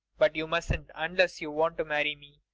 but you mustn't unless you want to marry me.